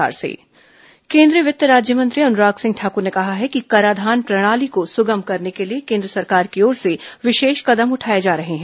केन्द्रीय मंत्री छत्तीसगढ़ केन्द्रीय वित्त राज्यमंत्री अनुराग सिंह ठाकुर ने कहा है कि कराधान प्रणाली को सुगम करने के लिए केन्द्र सरकार की ओर से विशेष कदम उठाए जा रहे हैं